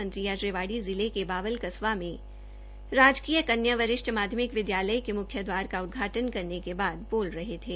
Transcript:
मंत्री आज रेवाड़ी के बावल कस्बा में राजकीय कन्या वरिष्ठ माध्यमिक विद्यालय के मुख्य द्वारा का उदघाटन् करने के बाद बोल रहे थे